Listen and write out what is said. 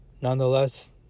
nonetheless